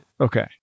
Okay